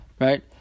right